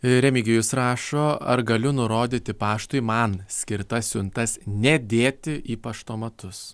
remigijus rašo ar galiu nurodyti paštui man skirtas siuntas nedėti į paštomatus